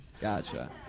Gotcha